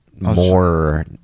more